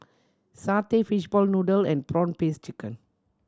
satay fishball noodle and prawn paste chicken